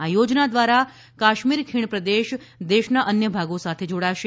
આ યોજના ધ્વારા કાશ્મીર ખીણ પ્રદેશ દેશના અન્ય ભાગો સાથે જોડાશે